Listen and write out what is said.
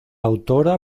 autora